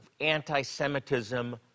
anti-Semitism